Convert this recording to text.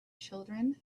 children